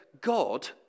God